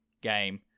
game